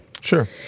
Sure